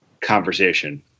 conversation